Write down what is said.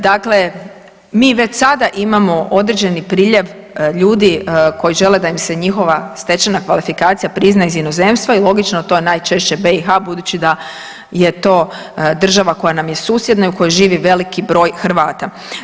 Dakle, mi već sada imamo određeni priljev ljudi koji žele da im se njihova stečena kvalifikacija prizna iz inozemstva i logično to je najčešće BiH budući da je to država koja nam je susjedna i u kojoj živi veliki broj Hrvata.